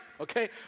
okay